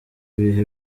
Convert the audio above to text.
ibihe